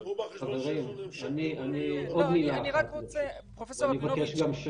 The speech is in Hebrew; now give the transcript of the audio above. אבל --- חברים, עוד מילה אחת, ברשותכם.